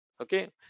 Okay